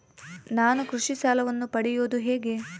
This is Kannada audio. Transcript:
ನಾನು ಕೃಷಿ ಸಾಲವನ್ನು ಪಡೆಯೋದು ಹೇಗೆ?